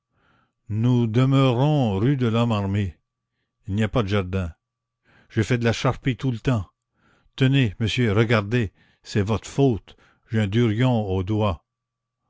nous demeurons rue de lhomme armé il n'y a pas de jardin j'ai fait de la charpie tout le temps tenez monsieur regardez c'est votre faute j'ai un durillon aux doigts